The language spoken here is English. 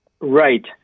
Right